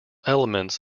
elements